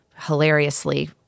hilariously